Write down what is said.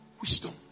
Wisdom